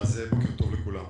בוקר טוב לכולם.